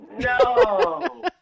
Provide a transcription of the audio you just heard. No